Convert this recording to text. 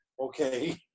Okay